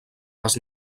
les